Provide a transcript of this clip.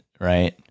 right